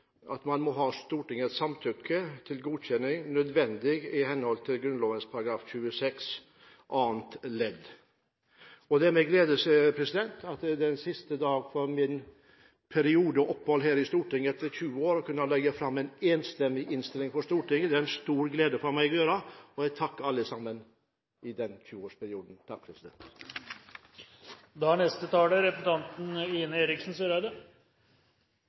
samtykke til godkjenning, nødvendig i henhold til Grunnloven § 26 annet ledd. Det er med glede jeg den siste dagen av min periode og mitt opphold her i Stortinget, gjennom 20 år, kan legge fram en enstemmig innstilling for Stortinget. Det er det en stor glede for meg å gjøre. Jeg takker alle sammen for denne 20-årsperioden. Neste taler er representanten Ine M. Eriksen Søreide,